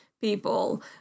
people